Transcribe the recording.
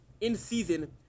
in-season